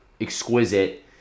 exquisite